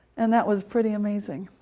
and that was pretty amazing.